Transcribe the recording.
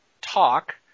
talk